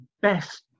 best